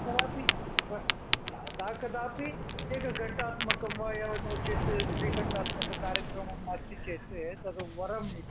तदापि यदा कदापि एकघण्टात्मकं वा या नो चेत् द्विघण्टात्मक कार्यक्रमम् अस्ति चेत् तद् वरम् इति